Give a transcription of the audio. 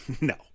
no